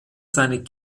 seine